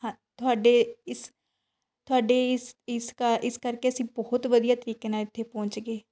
ਹਾਂ ਤੁਹਾਡੇ ਇਸ ਤੁਹਾਡੇ ਇਸ ਇਸ ਕਾ ਇਸ ਕਰਕੇ ਅਸੀਂ ਬਹੁਤ ਵਧੀਆ ਤਰੀਕੇ ਨਾਲ਼ ਇੱਥੇ ਪਹੁੰਚ ਗਏ